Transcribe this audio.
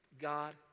God